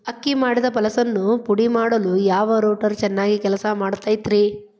ಅಕ್ಕಿ ಮಾಡಿದ ಫಸಲನ್ನು ಪುಡಿಮಾಡಲು ಯಾವ ರೂಟರ್ ಚೆನ್ನಾಗಿ ಕೆಲಸ ಮಾಡತೈತ್ರಿ?